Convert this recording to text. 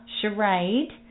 charade